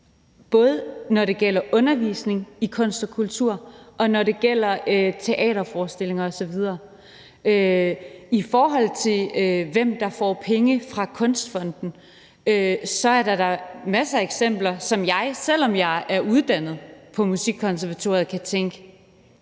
både når det gælder undervisning i kunst og kultur, og når det gælder teaterforestillinger osv. I forhold til hvem der får penge fra Kunstfonden, er der da masser af eksempler, hvor jeg, selv om jeg er uddannet på musikkonservatoriet, kan tænke: